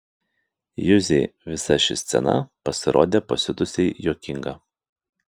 juzei visa ši scena pasirodė pasiutusiai juokinga